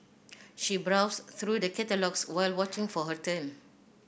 she browsed through the catalogues while waiting for her turn